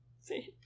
See